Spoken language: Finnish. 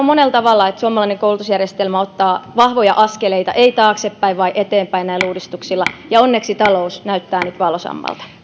monella tavalla suomalainen koulutusjärjestelmä ottaa vahvoja askeleita ei taaksepäin vaan eteenpäin näillä uudistuksilla ja onneksi talous näyttää nyt valoisammalta